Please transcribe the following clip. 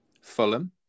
Fulham